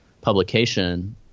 publication